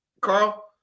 Carl